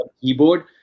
keyboard